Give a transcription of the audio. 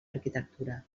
arquitectura